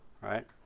right